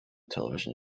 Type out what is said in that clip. television